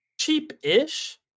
cheap-ish